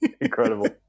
Incredible